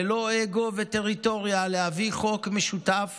ללא אגו וטריטוריה, להביא חוק משותף